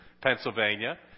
Pennsylvania